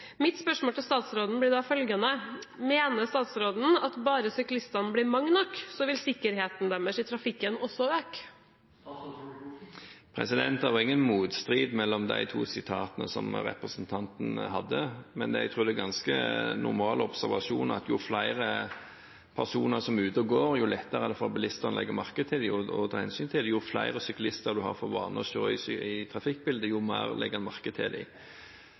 Mitt spørsmål til statsråden blir da følgende: Mener statsråden at bare syklistene blir mange nok, så vil sikkerheten deres i trafikken også øke? Det er ingen motstrid mellom de to sitatene som representanten Tung kom med. Jeg tror det er en ganske normal observasjon at jo flere personer som er ute og går, jo lettere er det for bilistene å legge merke til dem og ta hensyn til dem. Og jo flere syklister en har for vane å se i trafikkbildet, jo mer legger en merke til